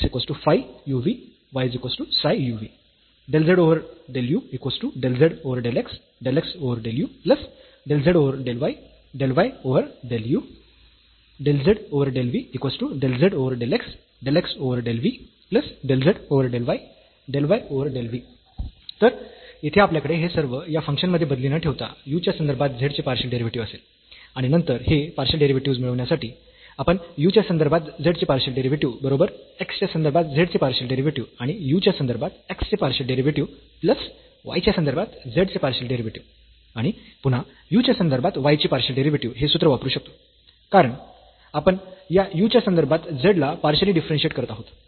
zf x y xϕ u v yψ u v तर येथे आपल्याकडे हे सर्व या फंक्शन मध्ये बदली न ठेवता u च्या संदर्भात z चे पार्शियल डेरिव्हेटिव्ह असेल आणि नंतर हे पार्शियल डेरिव्हेटिव्हस् मिळविण्यासाठी आपण u च्या संदर्भात z चे पार्शियल डेरिव्हेटिव्ह बरोबर x च्या संदर्भात z चे पार्शियल डेरिव्हेटिव्ह आणि u च्या संदर्भात x चे पार्शियल डेरिव्हेटिव्ह प्लस y च्या संदर्भात z चे पार्शियल डेरिव्हेटिव्ह आणि पुन्हा u च्या संदर्भात y चे पार्शियल डेरिव्हेटिव्ह हे सूत्र वापरू शकतो कारण आपण या u च्या संदर्भात z ला पार्शियली डिफरन्शियेट करत आहोत